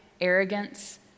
arrogance